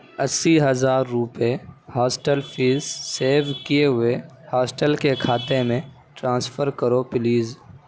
اسی ہزار روپئے ہاسٹل فیس سیو کیے ہوئے ہاسٹل کے کھاتے میں ٹرانسفر کرو پلیز